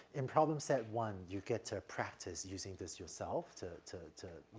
in problem set one you'll get to practice using this yourself to to to,